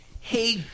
Hey